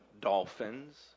dolphins